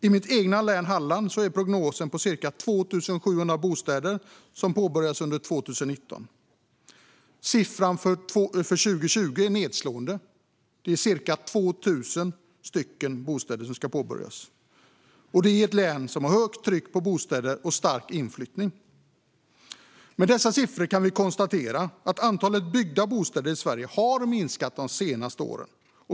I mitt hemlän Halland är prognosen för 2019 ca 2 700 påbörjade bostäder. Siffran för 2020 är nedslående: Det är ca 2 000 bostäder som ska påbörjas, och detta i ett län som har högt tryck på bostäder och en stark inflyttning. Med dessa siffror kan vi konstatera att antalet byggda bostäder i Sverige har minskat de senaste åren.